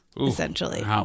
Essentially